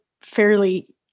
fairly